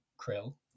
krill